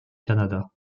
canada